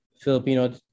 Filipino